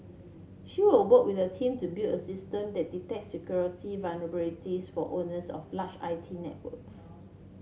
she will work with a team to build a system that detects security vulnerabilities for owners of large I T networks